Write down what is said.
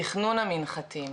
תכנון המנחתים,